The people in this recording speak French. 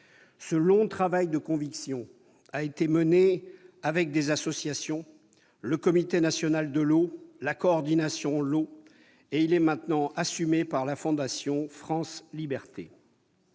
Ce long travail de conviction a été mené avec des associations, le Comité national de l'eau, la Coordination eau. Il est maintenant assumé par la fondation France Libertés.